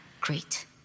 Great